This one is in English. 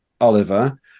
Oliver